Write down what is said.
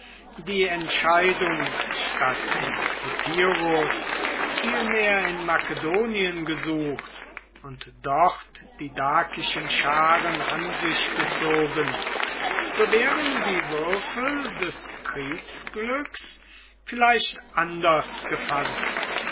die entscheidung statt in epirus vielmehr in makedonien gesucht und dort die dakischen scharen an sich gezogen so wären die würfel des kriegsglücks vielleicht anders gefallen